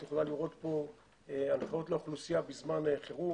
את יכולה לראות כאן הנחיות לאוכלוסייה בזמן חירום,